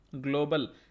Global